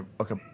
okay